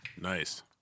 Nice